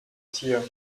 tier